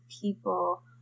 people